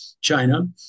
China